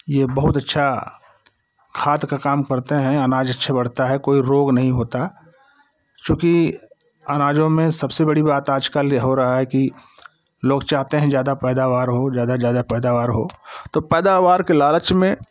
ये बहुत अच्छा खाद का काम करता है अनाज़ अच्छे बढ़ता है कोई रोग नहीं होता चूँकि अनाजों में सबसे बड़ी बात आज कल ये हो रहा है कि लोग चाहते हैं ज़्यादा पैदावार हो ज़्यादा ज़्यादा पैदावार हो तो पैदावार के लालच में